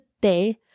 day